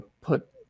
put